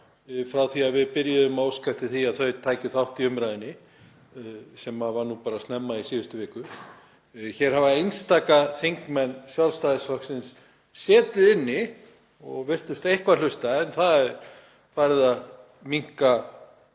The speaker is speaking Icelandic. frá því að við byrjuðum að óska eftir því að þau tækju þátt í umræðunni, sem var snemma í síðustu viku. Hér hafa einstaka þingmenn Sjálfstæðisflokksins setið og virst eitthvað hlusta en það er farið að minnka